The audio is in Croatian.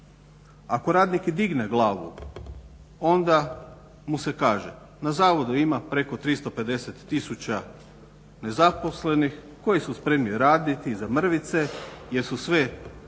Ako radnik i digne glavu onda mu se kaže na zavodu ima preko 350 tisuća nezaposlenih koji su spremni raditi za mrvice jer su sve praktično